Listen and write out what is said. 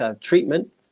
treatment